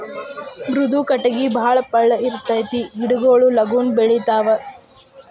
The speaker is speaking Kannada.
ಮೃದು ಕಟಗಿ ಬಾಳ ಪಳ್ಳ ಇರತತಿ ಗಿಡಗೊಳು ಲಗುನ ಬೆಳಿತಾವ